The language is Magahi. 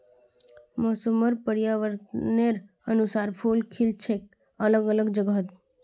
मौसम र पर्यावरनेर अनुसार फूल खिल छेक अलग अलग जगहत